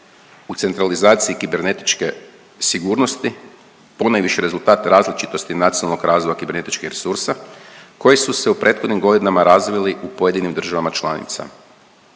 u centralizaciji kibernetičke sigurnosti ponajviše rezultata različitosti nacionalnog razvoja kibernetičkih resursa koji su se u prethodnim godinama razvili u pojedinim državama članicama.